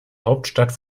hauptstadt